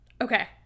Okay